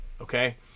okay